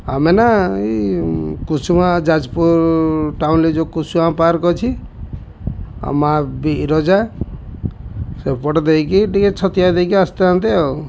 ଆମେ ନା ଏଇ କୁସୁମା ଯାଜପୁର ଟାଉନରେ ଯେଉଁ କୁସୁମା ପାର୍କ ଅଛି ଆଉ ମାଁ ବିରଜା ସେପଟେ ଦେଇକି ଟିକେ ଛତିଆ ଦେଇକି ଆସିଥାନ୍ତେ ଆଉ